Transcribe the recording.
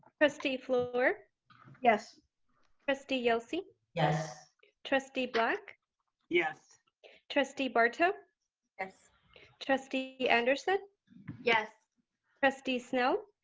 trustee fluor yes trustee yelsey yes trustee black yes trustee barto yes trustee anderson yes trustee snell